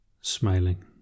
smiling